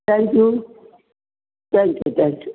thank you thank you thank you